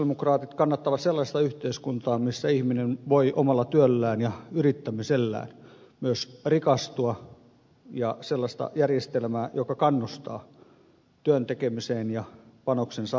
sosialidemokraatit kannattavat sellaista yhteiskuntaa missä ihminen voi omalla työllään ja yrittämisellään myös rikastua ja sellaista järjestelmää joka kannustaa työn tekemiseen ja panoksensa antamiseen